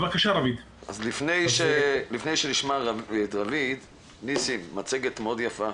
לפני שנשמע את רביד, זו מצגת מאוד יפה